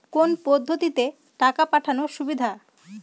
কোন পদ্ধতিতে টাকা পাঠানো সুবিধা?